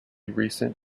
recent